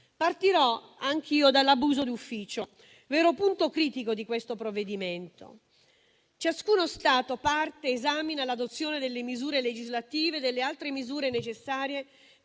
Partirò anch'io dall'abuso d'ufficio, vero punto critico di questo provvedimento. «Ciascuno Stato Parte esamina l'adozione delle misure legislative e delle altre misure necessarie